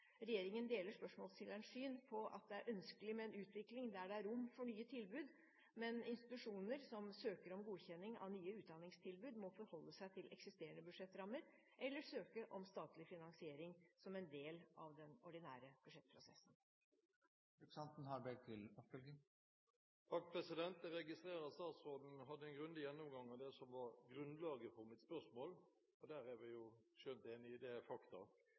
Regjeringen deler spørsmålsstillerens syn på at det er ønskelig med en utvikling der det er rom for nye tilbud, men institusjoner som søker om godkjenning av nye utdanningstilbud, må forholde seg til eksisterende budsjettrammer, eller søke om statlig finansiering som en del av den ordinære budsjettprosessen. Jeg registrerer at statsråden hadde en grundig gjennomgang av det som var grunnlaget for mitt spørsmål, for der er vi skjønt enige, det